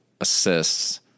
assists